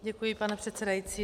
Děkuji, pane předsedající.